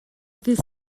ddydd